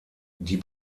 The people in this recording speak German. die